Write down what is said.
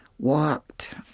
walked